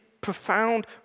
profound